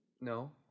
No